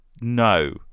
no